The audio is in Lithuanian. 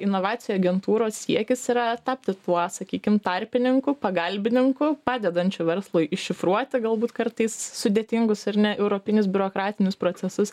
inovacijų agentūros siekis yra tapti tuo sakykim tarpininku pagalbininku padedančiu verslui iššifruoti galbūt kartais sudėtingus ir neeuropinis biurokratinius procesus